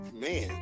man